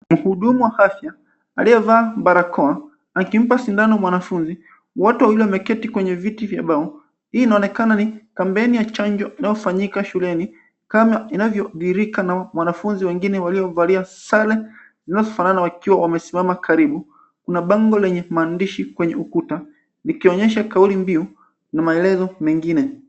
Mhudumu wa afya aliyevaa barakoa akimpa sindano mwanafunzi. Wote wawili wameketi kwenye viti vya mbao. Hii inaonekana ni kampeni ya chanjo unaofanyika shuleni kama inavyodhihirika na wanafunzi wengine waliovalia sare zinazofanana wakiwa wamesimama karibu. Kuna bango lenye maandishi kwenye ukuta ikionyesha kauli mbiu na maelezo mengine.